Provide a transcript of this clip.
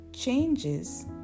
changes